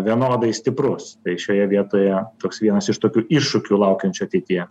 vienodai stiprus tai šioje vietoje toks vienas iš tokių iššūkių laukiančių ateityje